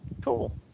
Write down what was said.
Cool